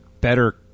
better